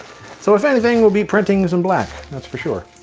so if anything will be printing some black that's for sure.